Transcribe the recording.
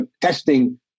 testing